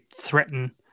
threaten